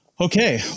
okay